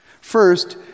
First